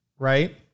right